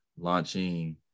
launching